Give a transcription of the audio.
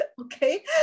okay